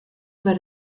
über